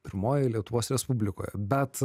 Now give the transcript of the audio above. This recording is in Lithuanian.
pirmojoj lietuvos respublikoje bet